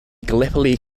gallipoli